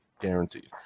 guaranteed